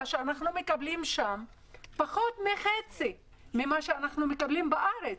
שאנחנו מקבלים שם היא פחות מחצי ממה שעולה בארץ.